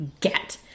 get